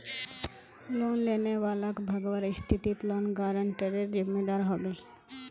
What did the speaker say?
loan लेने वालाक भगवार स्थितित लोन गारंटरेर जिम्मेदार ह बे